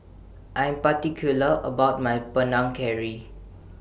I Am particular about My Panang Curry